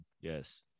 Yes